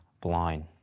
blind